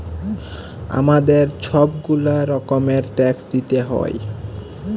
আমাদের ছব গুলা রকমের ট্যাক্স দিইতে হ্যয়